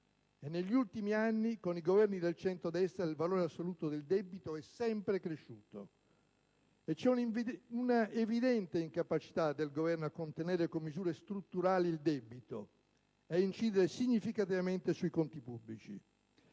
Negli ultimi anni, con i Governi del centrodestra, il valore assoluto del debito è sempre cresciuto; c'è un'evidente incapacità del Governo a contenere con misure strutturali il debito e ad incidere significativamente sui conti pubblici.